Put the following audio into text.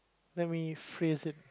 let me phrase it